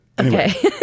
Okay